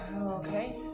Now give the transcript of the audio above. okay